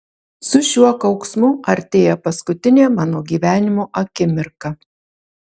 su šiuo kauksmu artėja paskutinė mano gyvenimo akimirka